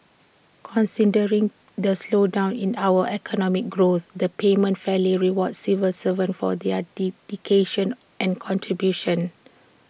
considering the slowdown in our economic growth the payment fairly rewards civil servants for their dedication and contributions